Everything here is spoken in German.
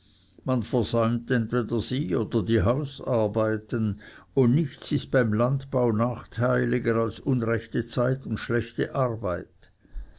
man versäumt entweder sie oder die hausarbeiten und nichts ist beim landbau nachteiliger als unrechte zeit und schlechte arbeit